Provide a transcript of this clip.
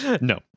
No